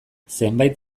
zenbait